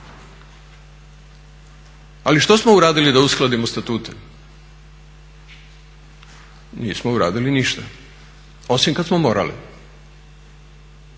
Ali što smo uradili da uskladimo statute? Nismo uradili ništa, osim kad smo morali.